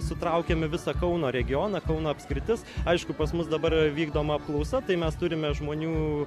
sutraukiame visą kauno regioną kauno apskritis aišku pas mus dabar vykdoma apklausa tai mes turime žmonių